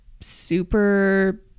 super